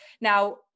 Now